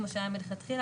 כמו שהיה מלכתחילה,